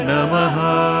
Namaha